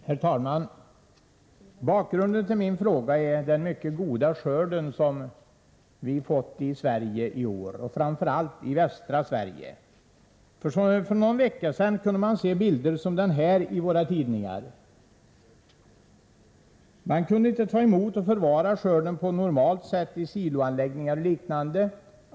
Herr talman! Bakgrunden till min fråga är den mycket goda skörd som vi fått i Sverige i år, framför allt i västra Sverige. För någon vecka sedan kunde vi se sådana bilder i våra tidningar som den jag nu visar på kammarens bildskärm. Man kunde inte ta emot och förvara skörden på normalt sätt, i siloanläggningar och liknande.